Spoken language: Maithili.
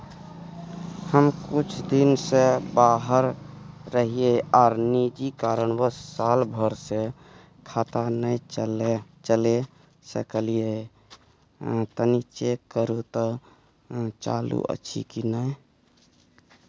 हम कुछ दिन से बाहर रहिये आर निजी कारणवश साल भर से खाता नय चले सकलियै तनि चेक करू त चालू अछि कि नय?